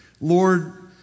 Lord